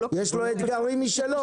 יש לו אתגרים משלו.